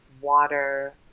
water